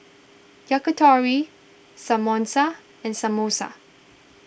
Yakitori Samosa and Samosa